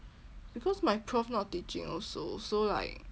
because my prof not teaching also so like